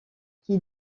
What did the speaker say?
qui